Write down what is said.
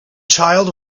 child